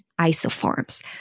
isoforms